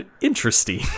interesting